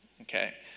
Okay